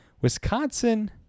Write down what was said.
Wisconsin